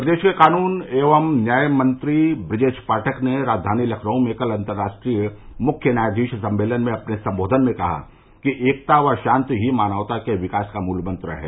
प्रदेश के कानून एवं न्यायमंत्री बृजेश पाठक ने राजधानी लखनऊ में कल अन्तर्राष्ट्रीय मुख्य न्यायाधीश सम्मेलन में अपने संबोधन में कहा कि एकता व शान्ति ही मानवता के विकास का मूलमंत्र है